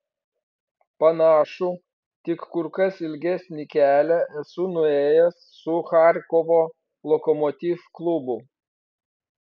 panašų tik kur kas ilgesnį kelią esu nuėjęs su charkovo lokomotiv klubu